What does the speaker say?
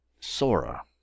Sora